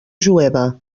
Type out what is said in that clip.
jueva